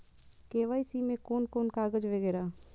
KYC में कोन कोन कागज वगैरा?